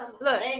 Look